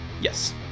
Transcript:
yes